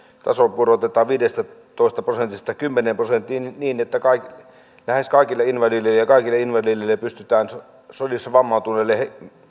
taso pudotetaan viidestätoista prosentista kymmeneen prosenttiin niin että lähes kaikille invalideille sodissa vammautuneille